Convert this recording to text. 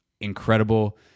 incredible